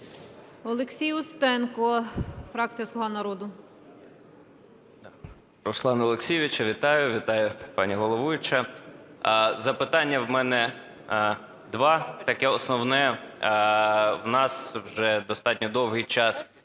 Олексій Устенко, фракція "Слуга народу".